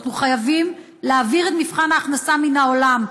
אנחנו חייבים להעביר את מבחן ההכנסה מן העולם.